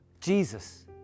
Jesus